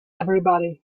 everybody